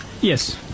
Yes